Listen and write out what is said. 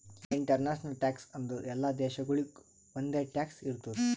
international tax ಅಂದುರ್ ಎಲ್ಲಾ ದೇಶಾಗೊಳಿಗ್ ಒಂದೆ ಟ್ಯಾಕ್ಸ್ ಇರ್ತುದ್